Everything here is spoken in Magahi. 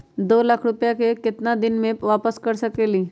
दो लाख रुपया के केतना दिन में वापस कर सकेली?